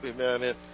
Amen